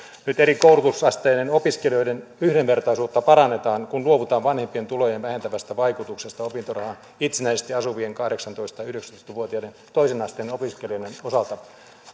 nyt eri koulutusasteiden opiskelijoiden yhdenvertaisuutta parannetaan kun luovutaan vanhempien tulojen vähentävästä vaikutuksesta opintorahaan itsenäisesti asuvien kahdeksantoista ja yhdeksäntoista vuotiaiden toisen asteen opiskelijoiden osalta